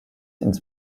ins